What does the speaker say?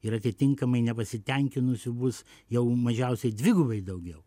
ir atitinkamai nepasitenkinusių bus jau mažiausiai dvigubai daugiau